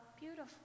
Beautiful